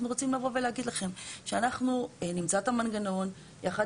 אנחנו רוצים לבוא ולהגיד לכם שאנחנו נמצא את המנגנון יחד